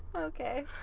Okay